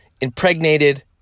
impregnated